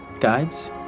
Guides